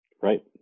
Right